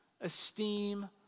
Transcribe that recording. esteem